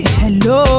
hello